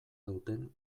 duten